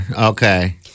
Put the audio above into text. Okay